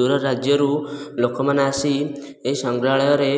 ଦୂର ରାଜ୍ୟରୁ ଲୋକମାନେ ଆସି ଏହି ସଂଘ୍ରାଳୟରେ